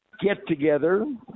get-together